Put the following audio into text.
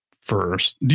first